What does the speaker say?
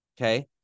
Okay